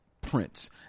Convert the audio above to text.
Prince